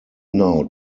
now